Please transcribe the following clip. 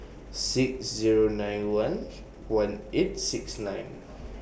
six Zero nine one one eight six nine